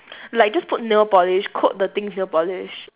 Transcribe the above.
like just put nail polish coat the thing with nail polish